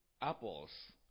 Apples